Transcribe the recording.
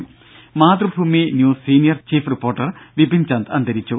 രുമ Mathrubhumi news senior chief reporter Vipin Chand അന്തരിച്ചു